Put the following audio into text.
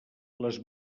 les